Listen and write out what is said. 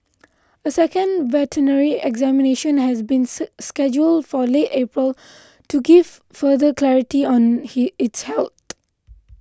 a second veterinary examination has been scheduled for late April to give further clarity on he its health